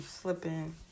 slipping